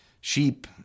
Sheep